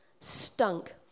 stunk